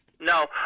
No